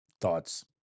thoughts